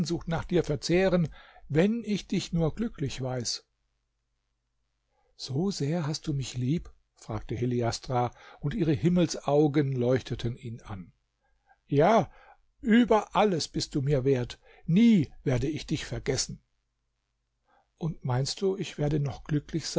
sehnsucht nach dir verzehren wenn ich dich nur glücklich weiß so sehr hast du mich lieb fragte heliastra und ihre himmelsaugen leuchteten ihn an ja über alles bist du mir wert nie werde ich dich vergessen und meinst du ich werde noch glücklich